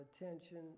attention